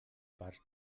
parts